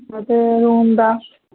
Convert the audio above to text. room the